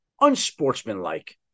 unsportsmanlike